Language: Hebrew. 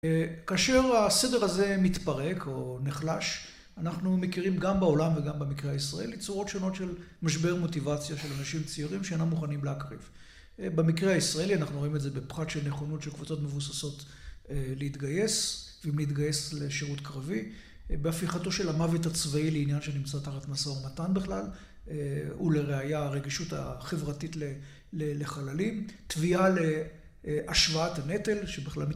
כאשר הסדר הזה מתפרק או נחלש, אנחנו מכירים גם בעולם וגם במקרה הישראלי צורות שונות של משבר מוטיבציה של אנשים צעירים שאינם מוכנים להקריב. במקרה הישראלי, אנחנו רואים את זה בפחת של נכונות של קבוצות מבוססות להתגייס, ואם להתגייס לשירות קרבי, בהפיכתו של המוות הצבאי לעניין שנמצא תחת משא ומתן בכלל, ולראייה הרגישות החברתית לחללים, תביעה להשוואת הנטל, שבכלל מ...